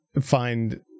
find